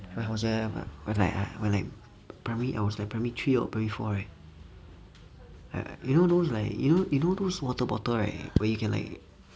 when I was a or like or like I was like primary three or primary four right I I you know those like you know those water bottle right when you can like